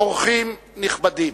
אורחים נכבדים,